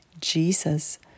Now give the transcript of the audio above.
Jesus